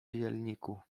zielniku